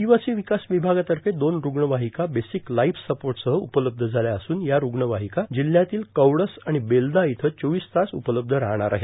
आर्ादवासी वकास ववभागातफ दोन रुग्णवार्हका र्बोसक लाईफ सपोटसह उपलब्ध झाल्या असून या रुग्णवााहका जिल्ह्यातील कवडस आर्गाण बेलदा इथं चोवीस तास उपलब्ध राहणार आहेत